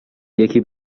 یکی